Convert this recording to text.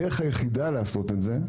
הדרך היחידה לעשות את זה,